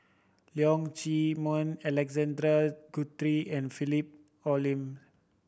Leong Chee Mun Alexander Guthrie and Philip Hoalim